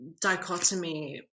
dichotomy